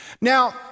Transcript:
Now